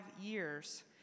years